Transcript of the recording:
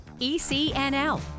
ECNL